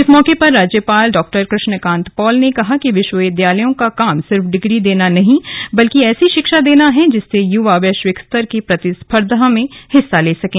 इस मौके पर राज्यपाल डॉ कृष्ण कांत पॉल ने कहा कि विश्वविद्यालयों का काम सिर्फ डिग्री देना नहीं बल्कि ऐसी शिक्षा देना है जिससे युवा वैश्विक स्तर की प्रतिस्पर्धा में हिस्सा ले सकें